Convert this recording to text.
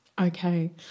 okay